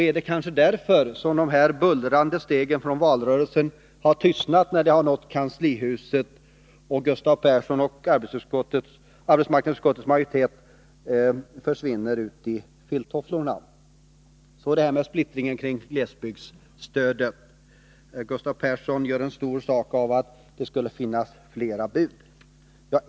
Är det kanske därför som de bullrande stegen från valrörelsen har tystnat när de har nått kanslihuset, och Gustav Persson och arbetsmarknadsutskottets majoritet försvinner ut i filttofflorna? Beträffande splittringen när det gäller glesbygdsstödet gör Gustav Persson stor sak av att det skulle finnas flera bud.